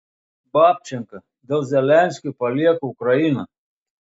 babčenka dėl zelenskio palieka ukrainą